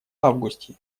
августе